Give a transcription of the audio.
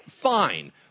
fine